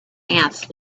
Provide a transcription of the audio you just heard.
ants